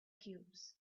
cubes